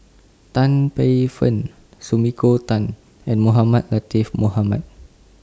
Tan Paey Fern Sumiko Tan and Mohamed Latiff Mohamed